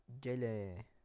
jelly